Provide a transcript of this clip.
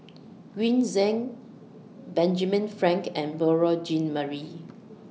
Green Zeng Benjamin Frank and Beurel Jean Marie